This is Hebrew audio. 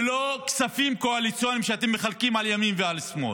ללא כספים קואליציוניים שאתם מחלקים על ימין ועל שמאל,